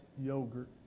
yogurt